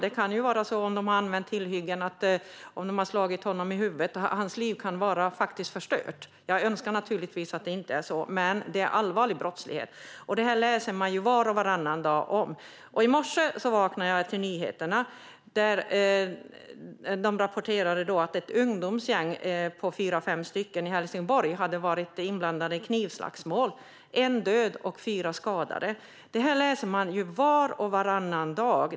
Om man har slagit honom i huvudet med ett tillhygge kan hans liv faktiskt vara förstört. Jag önskar naturligtvis att det inte är så, men det handlar om allvarlig brottslighet. Detta läser man om var och varannan dag. I morse vaknade jag till nyheterna, där man rapporterade att ett ungdomsgäng på fyra fem personer i Helsingborg hade varit inblandat i knivslagsmål - en död och fyra skadade. Detta läser man var och varannan dag.